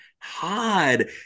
hard